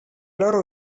loro